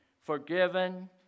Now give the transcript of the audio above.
forgiven